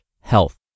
health